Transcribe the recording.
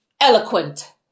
eloquent